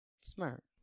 Smart